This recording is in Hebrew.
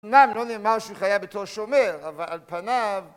אומנם לא נאמר שהוא חיה בתור שומר, אבל על פניו...